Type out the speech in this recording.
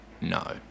No